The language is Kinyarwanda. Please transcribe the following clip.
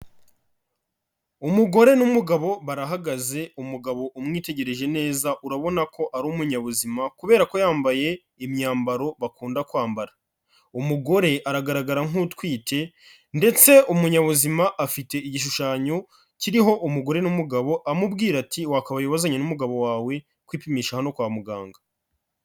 Umugore n'umugabo barahagaze, umugabo umwitegereje neza urabona ko ari umunyabuzima kubera ko yambaye imyambaro bakunda kwambara. Umugore aragaragara nk'utwite ndetse umunyabuzima afite igishushanyo kiriho umugore n'umugabo, amubwira ati wakabaye wazanye n'umugabo wawe kwipimisha hano kwa muganga.